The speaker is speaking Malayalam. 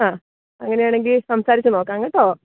അ അങ്ങനെയാണെങ്കില് സംസാരിച്ചു നോക്കാം കേട്ടോ